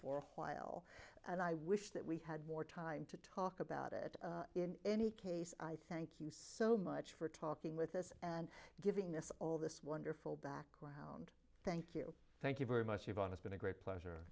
for a while and i wish that we had more time to talk about it in any case i thank you so much for talking with us and giving us all this wonderful background thank you thank you very much yvonne it's been a great pleasure